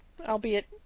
albeit